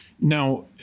Now